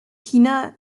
china